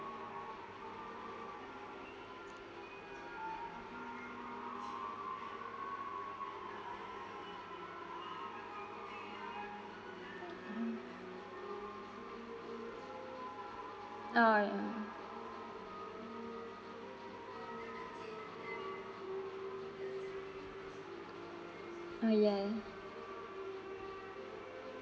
oh ya oh ya